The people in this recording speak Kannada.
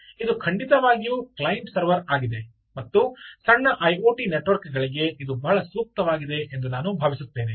ಇದು ಖಂಡಿತವಾಗಿಯೂ ಕ್ಲೈಂಟ್ ಸರ್ವರ್ ಆಗಿದೆ ಮತ್ತು ಸಣ್ಣ ಐಒಟಿ ನೆಟ್ವರ್ಕ್ಗಳಿಗೆ ಇದು ಬಹಳ ಸೂಕ್ತವಾಗಿದೆ ಎಂದು ನಾನು ಭಾವಿಸುತ್ತೇನೆ